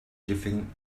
giving